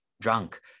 drunk